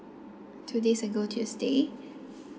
two days ago tuesday